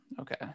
okay